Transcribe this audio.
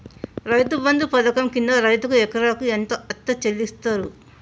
రైతు బంధు పథకం కింద రైతుకు ఎకరాకు ఎంత అత్తే చెల్లిస్తరు?